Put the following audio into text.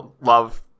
love